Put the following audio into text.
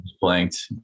Blanked